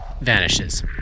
Vanishes